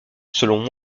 selon